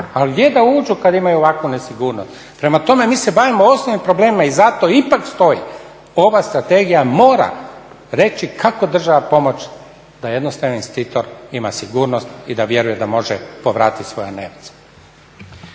ali gdje da uđu kad imaju ovakvu nesigurnost. Prema tome, mi se bavimo osnovnim problemima i zato ipak stoji ova strategija mora reći kako država pomoći da jednostavno investitor ima sigurnost i da vjeruje da može povratiti svoje